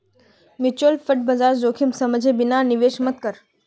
mutual फंडत बाजार जोखिम समझे बिना निवेश मत कर